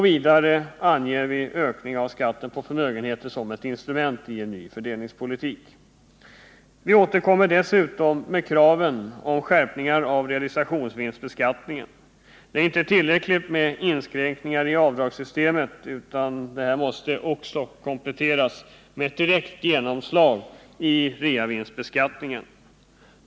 Vidare anger vi ökning av skatten på förmögenheter som ett instrument i en ny fördelningspolitik. Vi återkommer dessutom med kraven på skärpningar av realisationsvinstbeskattningen. Det är inte tillräckligt med inskränkningar i avdragssystemet, utan detta måste också kompletteras med ett direkt genomslag i reavinstbeskattningen.